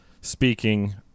speaking